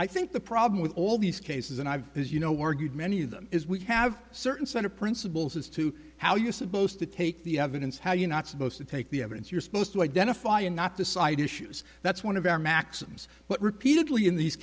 i think the problem with all these cases and i've as you know we're good many of them is we have a certain set of principles as to how you're supposed to take the evidence how you're not supposed to take the evidence you're supposed to identify and not decide issues that's one of our maxims but repeatedly in these